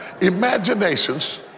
imaginations